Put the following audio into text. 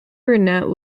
burnett